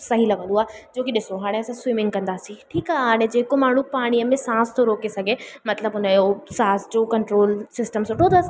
सही लॻंदो आहे छोकी ॾिसो हाणे असां स्विमिंग कंदासीं ठीकु आहे हाणे जेको माण्हू पाणीअ में सांस थो रोके सघे मतिलबु हुन जो सांस जो कंट्रोल सिस्टम सुठो अथसि